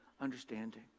understanding